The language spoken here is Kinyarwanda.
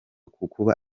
kukuba